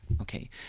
okay